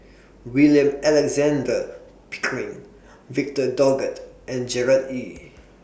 William Alexander Pickering Victor Doggett and Gerard Ee